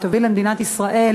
שתוביל את מדינת ישראל,